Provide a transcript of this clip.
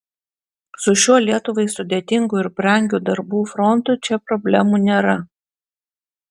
su šiuo lietuvai sudėtingu ir brangiu darbų frontu čia problemų nėra